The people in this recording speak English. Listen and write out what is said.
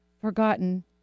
forgotten